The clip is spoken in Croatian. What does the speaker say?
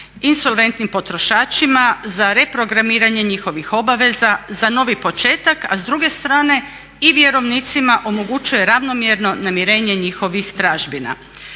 insolventnim potrošačima za reprogramiranje njihovih obaveza, za novi početak a s druge strane i vjerovnicima omogućuje ravnomjerno namirenje njihovih tražbina.